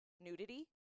nudity